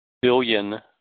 billion